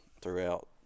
throughout